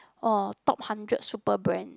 or top hundred super brands